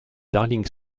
darling